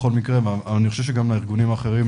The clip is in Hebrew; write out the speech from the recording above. ואני חושב שגם לארגונים האחרים,